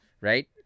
right